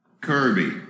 Kirby